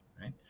right